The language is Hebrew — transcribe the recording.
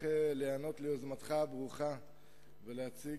אני שמח להיענות ליוזמתך הברוכה ולהציג